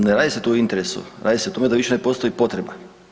Ne radi se tu u interesu, radi se o tome da više ne postoji potreba.